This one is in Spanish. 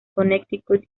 connecticut